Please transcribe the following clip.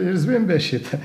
ir zvimbia šita